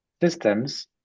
systems